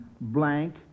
blank